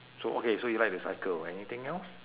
so okay so you like to cycle anything else